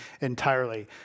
entirely